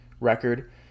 record